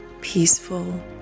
peaceful